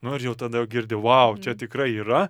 nu ir jau tada jau girdi vau čia tikrai yra